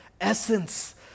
essence